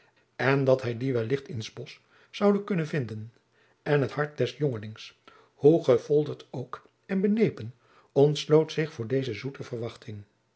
en dat hij die wellicht in s bosch zoude kunnen vinden en het hart des jongelings hoe gefolterd ook en benepen ontsloot zich voor deze zoete verwachting